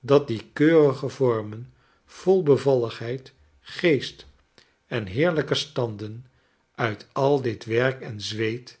dat die keurige vormen vol bevalligheid geest en heerlijke standen uit al dit werk en zweet